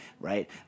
right